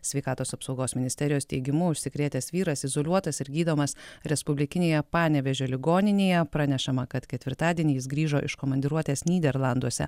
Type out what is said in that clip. sveikatos apsaugos ministerijos teigimu užsikrėtęs vyras izoliuotas ir gydomas respublikinėje panevėžio ligoninėje pranešama kad ketvirtadienį jis grįžo iš komandiruotės nyderlanduose